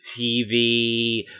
TV